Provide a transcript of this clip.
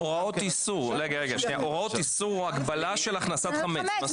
הוראות איסור או הגבלה של הכנסת חמץ.